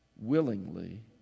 willingly